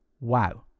Wow